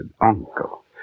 uncle